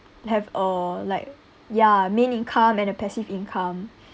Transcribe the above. have or like ya main income and a passive income